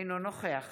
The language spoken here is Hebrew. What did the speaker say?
אינו נוכח